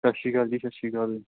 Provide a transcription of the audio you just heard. ਸਤਿ ਸ਼੍ਰੀ ਅਕਾਲ ਜੀ ਸਤਿ ਸ਼੍ਰੀ ਅਕਾਲ